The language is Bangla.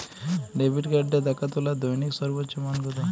ডেবিট কার্ডে টাকা তোলার দৈনিক সর্বোচ্চ মান কতো?